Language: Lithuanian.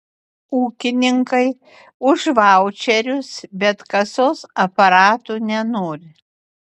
ūkininkai už vaučerius bet kasos aparatų nenori